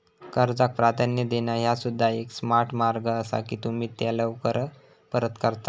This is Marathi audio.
कर्जाक प्राधान्य देणा ह्या सुद्धा एक स्मार्ट मार्ग असा की तुम्ही त्या लवकर परत करता